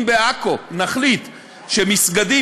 אם נחליט שמסגדים,